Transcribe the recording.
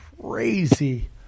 crazy